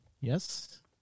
Yes